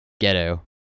Ghetto